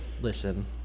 Listen